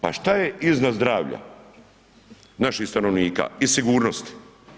Pa šta je iznad zdravlja naših stanovnika i sigurnosti?